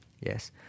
Yes